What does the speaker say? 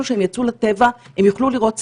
שכשהם יצאו לטבע הם יוכלו לראות צבאים,